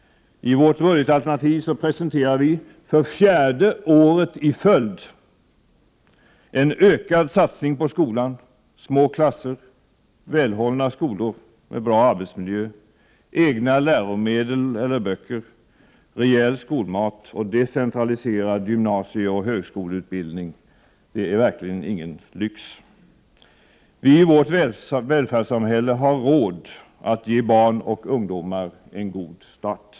I vårt budgetalternativ presenterar vi, för fjärde året i följd, en ökad satsning på skolan. Små klasser, välhållna skolor med bra arbetsmiljö, egna läromedel eller böcker, rejäl skolmat och decentraliserad gymnasieoch högskoleutbildning är verkligen ingen lyx. Vi i vårt välfärdssamhälle har råd att ge barn och ungdomar en god start.